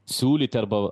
siūlyti arba